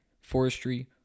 forestry